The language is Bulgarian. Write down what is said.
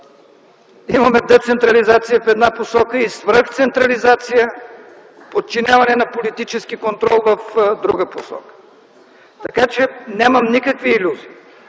Имаме децентрализация в една посока и свръхцентрализация, подчиняване на политически контрол в друга посока. Така че нямам никакви илюзии